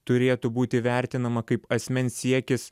turėtų būti vertinama kaip asmens siekis